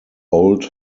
old